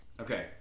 Okay